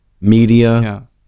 media